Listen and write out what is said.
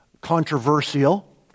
controversial